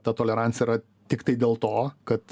ta tolerancija yra tiktai dėl to kad